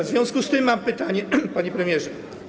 W związku z tym mam pytanie, panie premierze.